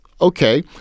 Okay